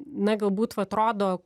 na galbūt vat rodo